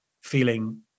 feeling